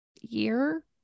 year